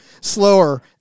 slower